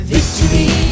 Victory